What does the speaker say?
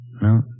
No